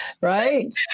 Right